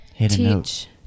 teach